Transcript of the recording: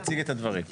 אני אציג את הדברים.